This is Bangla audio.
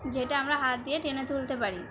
যেটা আমরা হাত দিয়ে টেনে তুলতে পারি